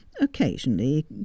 Occasionally